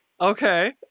okay